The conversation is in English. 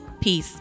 Peace